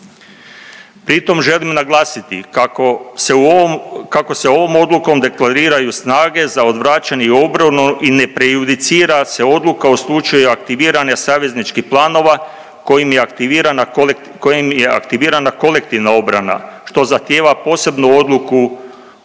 Pri tom želim naglasiti kako se u ovom, kako se ovom odlukom deklariraju snage za odvraćanje i obranu i ne prejudicira se odluka o slučaju aktiviranja savezničkih planova kojim je aktivirana, kojim je aktivirana kolektivna obrana što zahtjeva posebnu odluku Hrvatskog